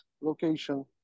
location